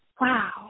Wow